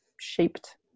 shaped